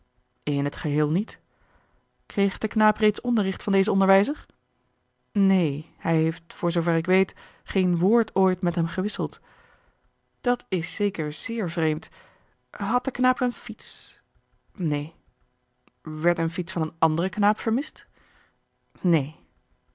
in het geheel niet kreeg de knaap reeds onderricht van dezen onderwijzer neen hij heeft voor zoover ik weet geen woord ooit met hem gewisseld dat is zeker zeer vreemd had de knaap een fiets neen werd een fiets van een anderen knaap vermist neen